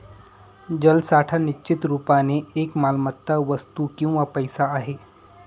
जलसाठा निश्चित रुपाने एक मालमत्ता, वस्तू किंवा पैसा आहे